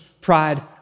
pride